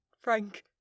Frank